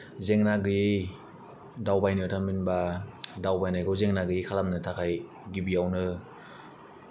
जेंना गैयै दावबायनो थांनो होनोबा दावबायनायखौ जेंना गैयै खालामनो थाखाय गिबियावनो